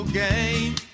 game